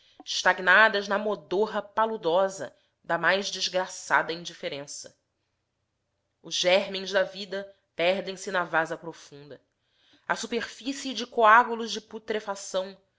estagnadas na modorra peludosa da mais desgraçada indiferença os germes da vida perdem-se na vasa profunda à superfície de coágulos de putrefação